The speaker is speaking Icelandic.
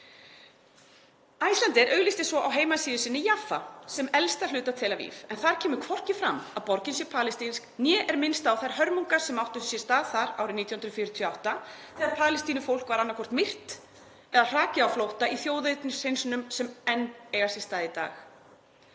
„Icelandair auglýsti svo á heimasíðu sinni Jaffa sem elsta hluta Tel Aviv, en þar kemur hvorki fram að borgin sé palestínsk né er minnst á þær hörmungar sem áttu þar stað árið 1948 þegar Palestínufólkið var annaðhvort myrt eða hrakið á flótta í þjóðernishreinsunum sem enn eiga sér stað í dag.